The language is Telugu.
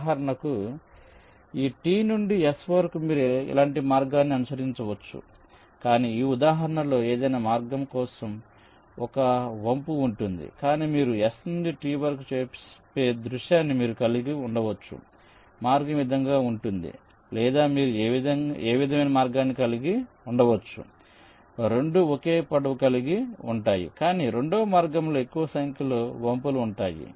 ఉదాహరణకు ఈ T నుండి S వరకు మీరు ఇలాంటి మార్గాన్ని అనుసరించవచ్చు కానీ ఈ ఉదాహరణలో ఏదైనా మార్గం కోసం 1 వంపు ఉంటుంది కానీ మీరు S నుండి T వరకు చెప్పే దృశ్యాన్ని మీరు కలిగి ఉండవచ్చు మార్గం ఈ విధంగా ఉంటుంది లేదా మీరు ఈ విధమైన మార్గాన్ని కలిగి ఉండవచ్చు రెండూ ఒకే పొడవు కలిగి ఉంటాయి కానీ రెండవ మార్గంలో ఎక్కువ సంఖ్యలో వంపులు ఉంటాయి